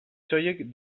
soilik